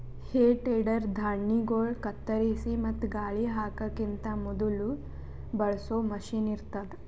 ಹೇ tedder ಧಾಣ್ಣಿಗೊಳ್ ಕತ್ತರಿಸಿ ಮತ್ತ ಗಾಳಿ ಹಾಕಕಿಂತ ಮೊದುಲ ಬಳಸೋ ಮಷೀನ್ ಇರ್ತದ್